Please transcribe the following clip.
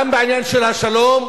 גם בעניין של השלום,